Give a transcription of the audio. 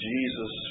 Jesus